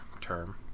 term